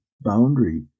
boundary